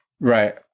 right